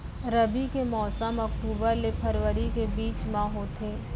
रबी के मौसम अक्टूबर ले फरवरी के बीच मा होथे